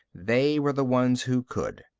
they were the ones who could.